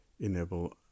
Enable